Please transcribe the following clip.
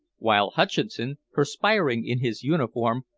while hutcheson, perspiring in his uniform,